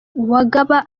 uwagaba